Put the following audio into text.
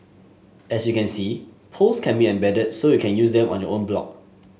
as you can see polls can be embedded so you can use them on your own blog